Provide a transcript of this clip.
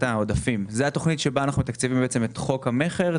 העודפים התכנית בה אנחנו מתקצבים את חוק המכר,